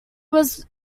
was